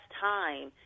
time